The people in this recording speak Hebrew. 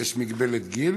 יש מגבלת גיל?